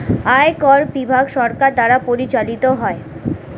আয়কর বিভাগ সরকার দ্বারা পরিচালিত হয়